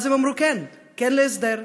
ואז הם אמרו כן: כן להסדר,